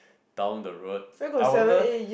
down the road I wonder